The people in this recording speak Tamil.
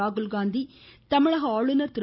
ராகுல்காந்தி தமிழக ஆளுநர் திரு